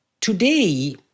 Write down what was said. Today